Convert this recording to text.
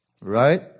right